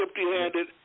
empty-handed